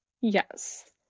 Yes